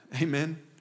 Amen